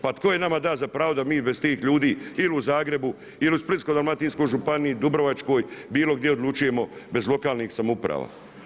Pa to je nama dao za pravo da mi bez tih ljudi ili u Zagrebu ili u Splitsko-dalmatinskoj županiji, Dubrovačkoj, bilo gdje odlučujemo bez lokalnih samouprava?